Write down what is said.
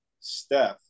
Steph